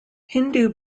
hindu